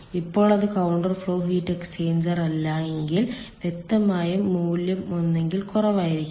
ഇപ്പോൾ അത് counter flow heat exchanger അല്ല എങ്കിൽ വ്യക്തമായും മൂല്യം ഒന്നിൽ കുറവായിരിക്കും